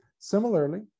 Similarly